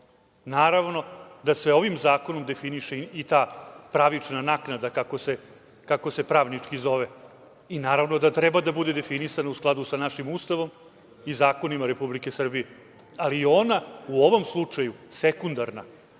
da se ovim zakonom definiše i ta pravična naknada, kako se pravnički zove, i naravno da treba da bude definisana u skladu sa našim Ustavom i zakonima Republike Srbije. Ali je ona u ovom slučaju sekundarna.